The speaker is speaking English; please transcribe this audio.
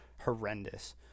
horrendous